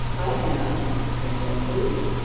i am drumroll, please.